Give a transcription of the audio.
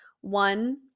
One